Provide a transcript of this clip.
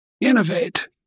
innovate